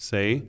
Say